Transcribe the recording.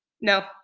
no